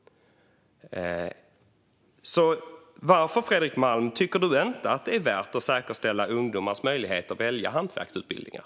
Så varför, Fredrik Malm, tycker du inte att det är värt att säkerställa ungdomars möjlighet att välja hantverksutbildningar?